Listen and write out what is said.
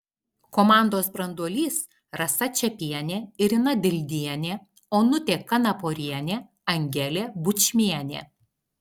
komandos branduolys rasa čepienė irina dildienė onutė kanaporienė angelė bučmienė